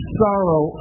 sorrow